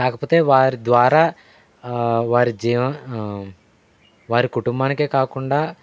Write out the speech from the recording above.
కాకపోతే వారి ద్వారా వారి జీవన వారి కుటుంబానికే కాకుండా